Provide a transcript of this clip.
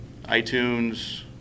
iTunes